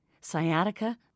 sciatica